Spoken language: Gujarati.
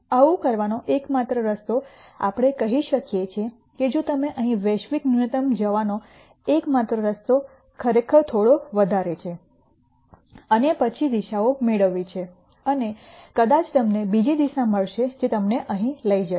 આવું કરવાનો એકમાત્ર રસ્તો આપણે કહી શકીએ કે જો તમે અહીં વૈશ્વિક ન્યૂનતમ જવાનો એકમાત્ર રસ્તો ખરેખર થોડો વધારે છે અને પછી દિશાઓ મેળવવી છે અને કદાચ તમને બીજી દિશા મળશે જે તમને અહીં લઈ જશે